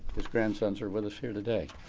his grandsons are with us here today.